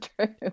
true